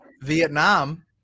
Vietnam